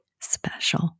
special